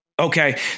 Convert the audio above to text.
Okay